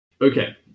Okay